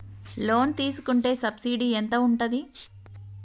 Loan తీసుకుంటే subsidy ఎంత ఉంటది?